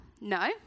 No